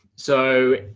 so,